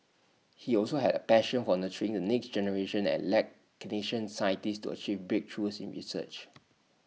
he also had A passion for nurturing the next generation and led clinician scientists to achieve breakthroughs in research